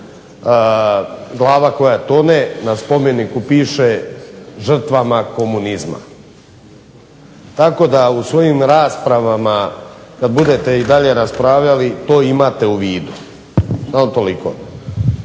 Glava koja tone, na spomeniku piše "žrtvama komunizma" Tako da u svojim raspravama kad budete i dalje raspravljali to imate u vidu. Samo toliko.